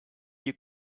you